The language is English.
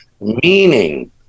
meaning